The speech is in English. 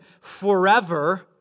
forever